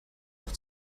auch